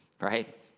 right